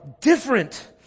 different